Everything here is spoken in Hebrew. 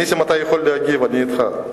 נסים, אתה יכול להגיב, אני אתך.